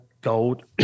Gold